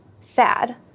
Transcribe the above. sad